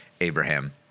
Abraham